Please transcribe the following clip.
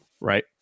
right